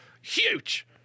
Huge